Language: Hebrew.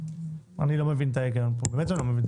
אני לא מבין את ההיגיון פה.